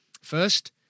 First